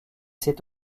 s’est